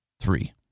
three